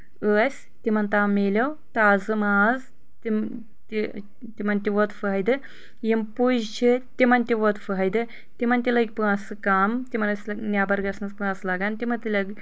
ٲسۍ تمن تام مِلیو تازٕ ماز تم تہِ تمن تہِ ووت فٲیِدٕ یم پج چھِ تمن تہِ ووت فٲیِدٕ تمن تہِ لٔگۍ پونٛسہٕ کم تمن ٲسۍ نٮ۪بر گژھنس پونٛسہٕ لگان تمن تہِ لٔگۍ